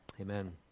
Amen